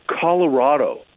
Colorado